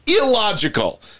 illogical